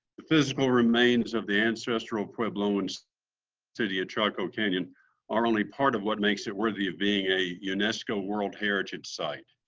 the physical remains of the ancestral puebloan so city of chaco canyon are only part of what makes it worthy of being a unesco world heritage site.